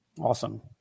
Awesome